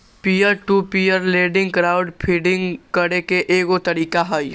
peer to peer lending crowd funding करे के एगो तरीका हई